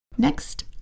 Next